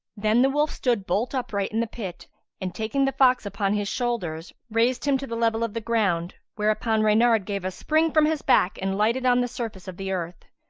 then the wolf stood bolt upright in the pit and, taking the fox upon his shoulders, raised him to the level of the ground, whereupon reynard gave a spring from his back and lighted on the surface of the earth.